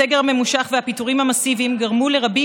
הסגר ממושך והפיטורים המסיביים גרמו לרבים